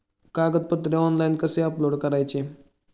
कागदपत्रे ऑनलाइन कसे अपलोड करायचे?